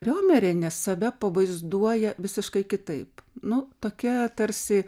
riomerienė save pavaizduoja visiškai kitaip nu tokia tarsi